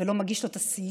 ולא מגיש לו את הסיוע.